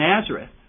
Nazareth